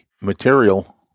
material